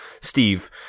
Steve